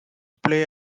play